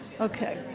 Okay